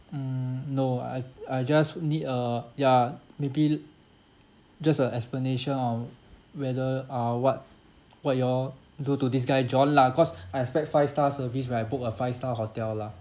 mm no I I just need a ya maybe l~ just a explanation on whether uh what what you all do to this guy john lah cause I expect five star service when I book a five star hotel lah